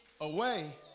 away